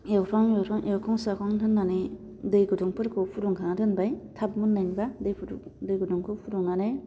एवफ्राम एवफ्राम एवखां सावखां दोननानै दै गुदुंफोरखौ फुदुंखाना दोनबाय थाब मोननायनिबा दै गुदुं दै गुदुंखौ फुदुंनानै